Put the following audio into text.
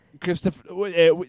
Christopher